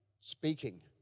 speaking